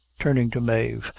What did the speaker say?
turning to mave,